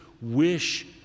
wish